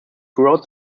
throughout